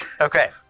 Okay